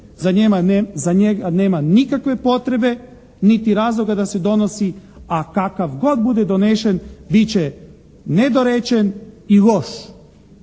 za njega nema nikakve potrebe niti razloga da se donosi, a kakav god bude donesen bit će nedorečen i loš